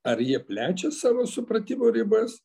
ar jie plečia savo supratimo ribas